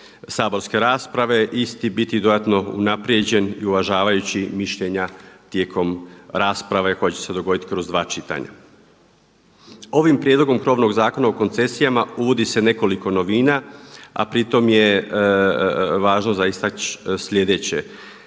saborske rasprave isti biti dodatno unaprijeđen i uvažavajući mišljenja tijekom rasprave koja će se dogoditi kroz dva čitanja. Ovim prijedlogom krovnog Zakona o koncesijama uvodi se nekoliko novina, a pri tome je važno za istaći sljedeće.